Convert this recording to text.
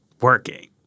working